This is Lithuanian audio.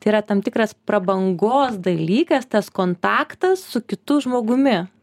tai yra tam tikras prabangos dalykas tas kontaktas su kitu žmogumi